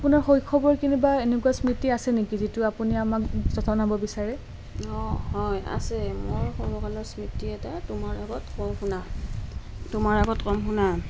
আপোনাৰ শৈশৱৰ কেনেবা এনেকুৱা স্মৃতি আছে নেকি যিটো আপুনি আমাক জনাব বিচাৰে অঁ হয় আছে মোৰ সৰু কালৰ স্মৃতি এটা তোমাৰ আগত কওঁ শুনা তোমাৰ আগত ক'ম শুনা